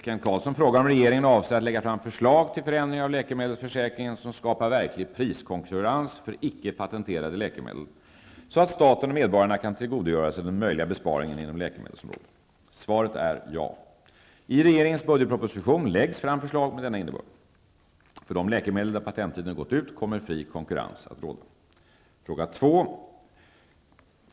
Kent Carlsson frågar om regeringen avser att lägga fram förslag till förändring av läkemedelsförsäkringen som skapar verklig priskonkurrens för icke-patenterade läkemedel, så att staten och medborgarna kan tillgodogöra sig den möjliga besparingen inom läkemedelsområdet. Svaret är ja. I regeringens budgetproposition läggs fram förslag med denna innebörd. För de läkemedel där patenttiden gått ut kommer fri konkurrens att råda. 2.